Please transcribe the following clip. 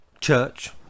church